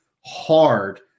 hard